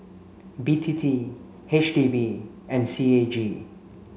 B T T H D B and C A G